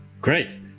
Great